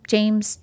James